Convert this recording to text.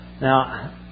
Now